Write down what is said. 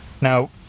Now